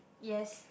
yes